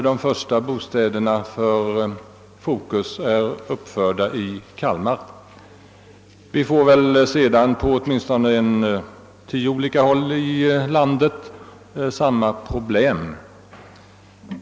De första bostäderna för stiftelsen Fokus är nämligen redan upförda; de ligger i Kalmar. Vi får väl senare på åtminstone ett tiotal andra håll i landet samma problem.